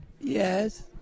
Yes